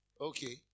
Okay